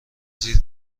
زیر